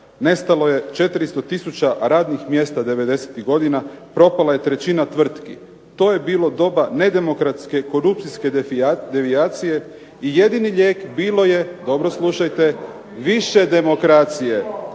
Nestalo je 400000 radnih mjesta devedesetih godina, propala je trećina tvrtki. To je bilo doba nedemokratske, korupcijske devijacije i jedini lijek bilo je dobro slušajte više demokracije.